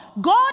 God